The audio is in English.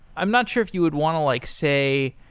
i'm not sure if you would want to like say,